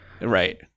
Right